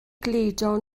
gludo